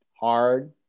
hard